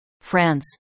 France